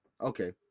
Okay